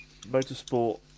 Motorsport